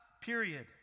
period